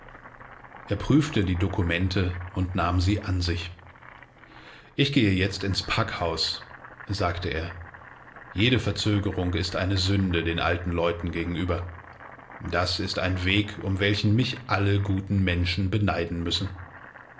er prüfte die dokumente und nahm sie an sich ich gehe jetzt ins packhaus sagte er jede verzögerung ist eine sünde den alten leuten gegenüber das ist ein weg um welchen mich alle guten menschen beneiden müssen